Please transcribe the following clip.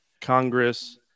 Congress